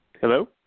Hello